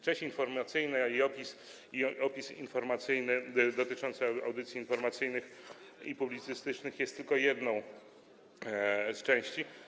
Część informacyjna i opis informacyjny dotyczący audycji informacyjnych i publicystycznych to tylko jedna z części.